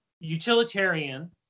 utilitarian